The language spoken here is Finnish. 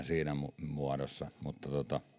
siinä muodossa mutta